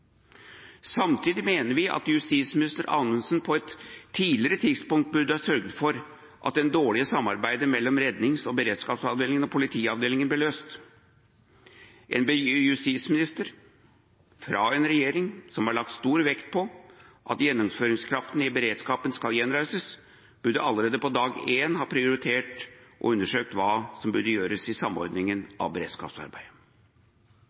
Samtidig mener vi at justisminister Anundsen på et tidligere tidspunkt burde ha sørget for at det dårlige samarbeidet mellom Rednings- og beredskapsavdelingen og Politiavdelingen ble løst. En justisminister fra en regjering som har lagt stor vekt på at gjennomføringskraften i beredskapen skal gjenreises, burde allerede fra dag én ha prioritert å undersøke hva som burde gjøres i samordningen av beredskapsarbeidet.